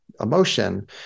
emotion